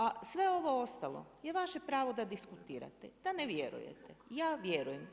A sve ovo ostalo je vaše pravo da diskutirate, da ne vjerujete, ja vjerujem.